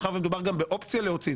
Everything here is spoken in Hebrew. מאחר ומדובר גם באופציה להוציא,